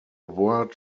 word